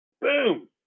Boom